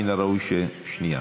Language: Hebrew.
מן הראוי ששנייה